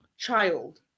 Child